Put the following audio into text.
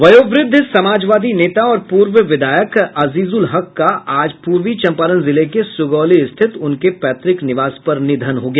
वयोवृद्ध समाजवादी नेता और पूर्व विधायक अजीजुल हक का आज पूर्वी चम्पारण जिले के सुगौली स्थित उने पैतृक निवास पर निधन हो गया